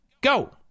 go